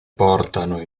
portano